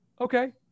Okay